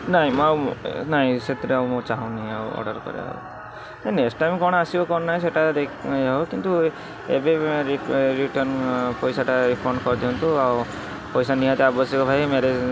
ନାହିଁ ମୁଁ ଆଉ ନାହିଁ ସେଥିରେ ଆଉ ମୁଁ ଚାହୁଁନି ଆଉ ଅର୍ଡ଼ର କରିବାକୁ ନେକ୍ସ ଟାଇମ୍ କ'ଣ ଆସିବ କ'ଣ ନାହିଁ ସେଇଟା ଦେଖି ହବ କିନ୍ତୁ ଏବେ ରିଟର୍ଣ୍ଣ ପଇସାଟା ରିଫଣ୍ଡ କରି ଦିଅନ୍ତୁ ଆଉ ପଇସା ନିହାତି ଆବଶ୍ୟକ ଭାଇ ମ୍ୟାରେଜ୍